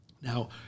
Now